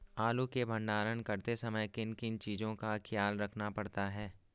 आलू के भंडारण करते समय किन किन चीज़ों का ख्याल रखना पड़ता है?